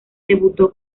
debutó